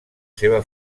seva